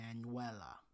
Manuela